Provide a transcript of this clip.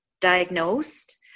diagnosed